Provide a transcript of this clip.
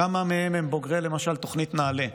כמה מהם בוגרי תוכנית נעל"ה,